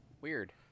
Weird